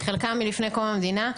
חלקם מלפני קום המדינה.